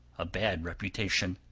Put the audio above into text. a bad reputation,